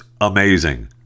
amazing